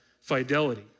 fidelity